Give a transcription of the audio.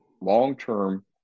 long-term